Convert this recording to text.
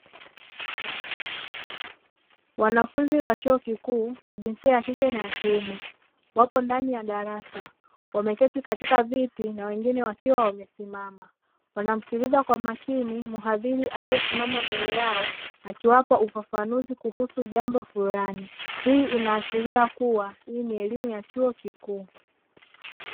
Wanafunzi wa chuo kikuu wa jinsia ya kike na ya kiume wapo ndani ya darasa wameketi katika viti na wengine wakiwa wamesimama wanamsikiliza kwa makini mhadhiri aliyesimama mbele yao akiwapa ufafanuzi kuhusu jambo fulani, hii inaashiria kuwa hii ni elimu ya chuo kikuu.